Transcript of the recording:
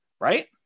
right